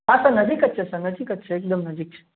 હા તો નજીક જ છે સર નજીક જ છે એકદમ નજીક છે